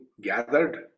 gathered